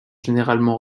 généralement